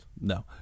No